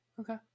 Okay